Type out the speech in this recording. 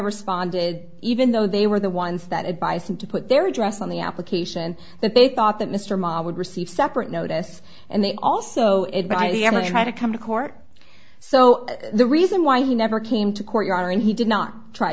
responded even though they were the ones that advised them to put their address on the application that they thought that mr mom would receive separate notice and they also it but i am going to try to come to court so the reason why he never came to court your honor and he did not try